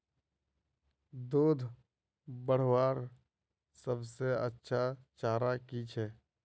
दूध बढ़वार सबसे अच्छा चारा की छे?